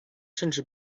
甚至